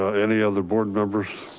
any other board members?